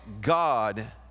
God